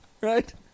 right